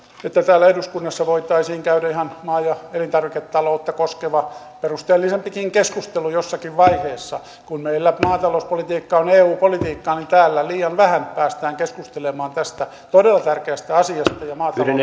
täällä eduskunnassa voitaisiin käydä maa ja elintarviketaloutta koskeva perusteellisempikin keskustelu jossakin vaiheessa kun meillä maatalouspolitiikka on eu politiikkaa niin täällä liian vähän päästään keskustelemaan tästä todella tärkeästä asiasta ja maatalouden